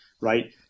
right